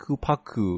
Park